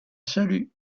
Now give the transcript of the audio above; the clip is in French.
salue